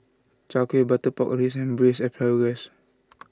Chai Kueh Butter Pork reason Braised Asparagus